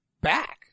back